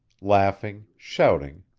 laughing, shouting,